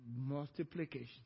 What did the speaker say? multiplication